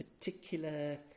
particular